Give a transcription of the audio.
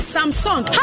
Samsung